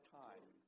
time